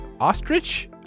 Ostrich